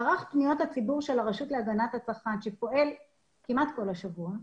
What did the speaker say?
מערך פניות הציבור של הרשות להגנת הצרכן שפועל כמעט כל השבוע,